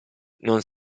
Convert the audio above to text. non